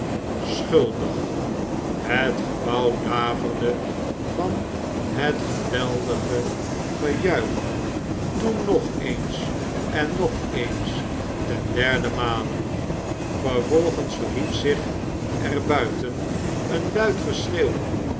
schuldig het gebouw daverde van het geweldig gejuich toen nog eens en nog eens ten derden male vervolgens verhief zich er buiten een